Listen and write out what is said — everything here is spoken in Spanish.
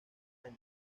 año